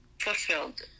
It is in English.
fulfilled